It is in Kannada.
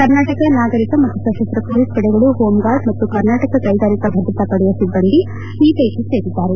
ಕರ್ನಾಟಕ ನಾಗರೀಕ ಮತ್ತು ತಸ್ತಸ್ತ ಮೊಲೀಸ್ ಪಡೆಗಳು ಹೋಂಗಾರ್ಡ್ ಮತ್ತು ಕರ್ನಾಟಕ ಕೈಗಾರಿಕಾ ಭದ್ರತಾ ಪಡೆಯ ಸಿಬ್ಬಂದಿ ಈ ಪೈಕಿ ಸೇರಿದ್ದಾರೆ